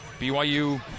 BYU